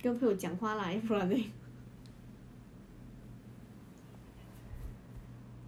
but how she take your phone and message me what the heck